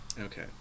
Okay